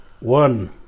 one